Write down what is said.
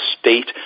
state